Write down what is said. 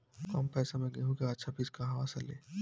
कम पैसा में गेहूं के अच्छा बिज कहवा से ली?